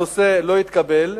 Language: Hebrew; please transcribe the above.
הנושא לא התקבל,